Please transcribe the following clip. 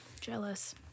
Jealous